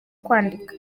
kwandika